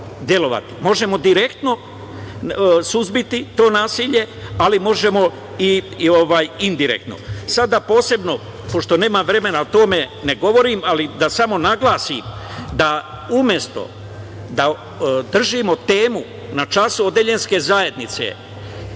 Možemo direktno suzbiti to nasilje, ali možemo i indirektno. Sada posebno, pošto nemam vremena da o tome govorim, da samo naglasim da umesto da držimo temu na času odeljenske zajednice,